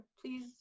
please